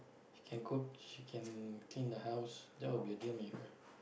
can cook can clean the house that would be a dealmaker